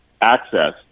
access